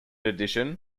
addition